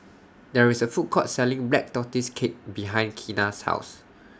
There IS A Food Court Selling Black Tortoise Cake behind Keena's House